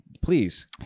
Please